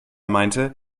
meinte